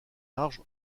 large